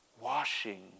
Washing